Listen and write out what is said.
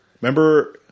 Remember